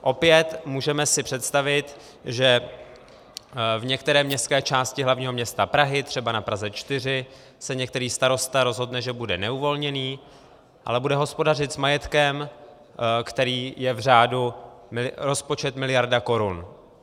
Opět, můžeme si představit, že v některé městské části hlavního města Prahy, třeba na Praze 4, se některý starosta rozhodne, že bude neuvolněný, ale bude hospodařit s majetkem, který je v řádu rozpočet miliarda korun.